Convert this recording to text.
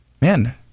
man